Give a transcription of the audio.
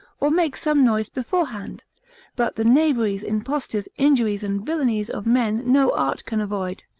or make some noise beforehand but the knaveries, impostures, injuries and villainies of men no art can avoid.